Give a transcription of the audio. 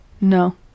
no